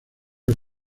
los